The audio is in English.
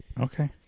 Okay